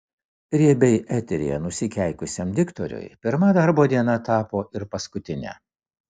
riebiai eteryje nusikeikusiam diktoriui pirma darbo diena tapo ir paskutine